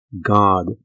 God